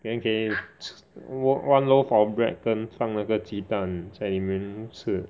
then 可以吃 on~ one loaf of bread 跟放那个鸡蛋在里面吃